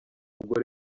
ubwo